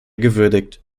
gewürdigt